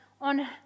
on